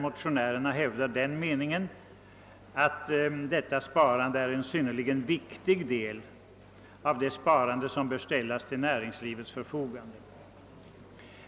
Motionärerna hävdar den meningen att detta sparande är en synnerligen viktig del av de resurser som bör ställas till näringslivets förfogande.